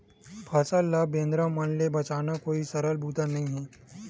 फसल ल बेंदरा मन ले बचाना कोई सरल बूता नइ हे